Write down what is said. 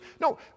No